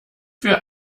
wir